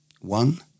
one